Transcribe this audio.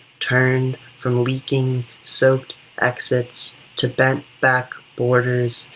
turned from leaking, soaked exits to bent-back boarders,